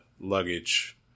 luggage